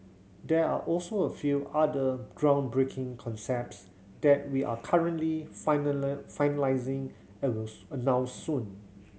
there are also a few other groundbreaking concepts that we're currently finalising and will announce soon